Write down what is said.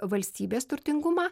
valstybės turtingumą